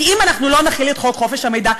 כי אם אנחנו לא נחיל את חוק חופש המידע,